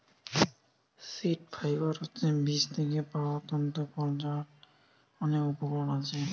seed fibre হচ্ছে বীজ থিকে পায়া তন্তু ফল যার অনেক উপকরণ আছে